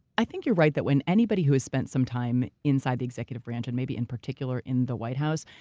i think you're right that when anybody who has spent some time inside the executive branch and maybe in particular in the white house,